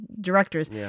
directors